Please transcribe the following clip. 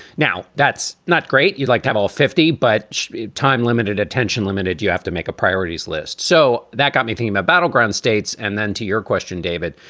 now, that's not great. you'd like to have all fifty, but time limited, attention limited. you have to make a priorities list. so that got me thinking the but battleground states. and then to your question, david,